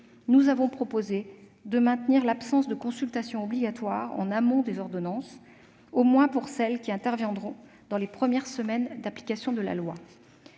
nous avons proposé de maintenir l'absence de consultation obligatoire en amont des ordonnances, au moins pour celles qui interviendront dans les premières semaines d'application de la loi.